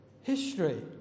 History